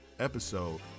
episode